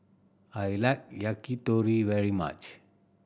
I like Yakitori very much